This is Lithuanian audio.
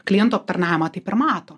klientų aptarnavimą taip ir mato